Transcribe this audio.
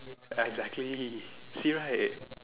ya exactly see right